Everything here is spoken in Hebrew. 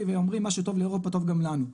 ואומרים מה שטוב לאירופה טוב גם לנו.